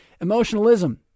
emotionalism